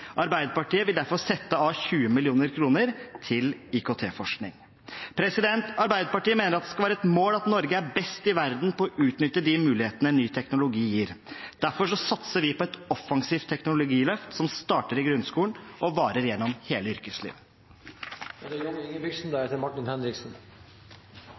Arbeiderpartiet vil derfor sette av 20 mill. kr til IKT-forskning. Arbeiderpartiet mener at det skal være et mål at Norge er best i verden på å utnytte de mulighetene ny teknologi gir. Derfor satser vi på et offensivt teknologiløft, som starter i grunnskolen og varer gjennom hele